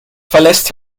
verlässt